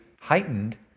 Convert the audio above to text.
Heightened